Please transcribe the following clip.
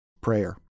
Prayer